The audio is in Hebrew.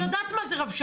אני יודעת מה זה רבש"צים.